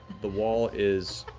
the wall is,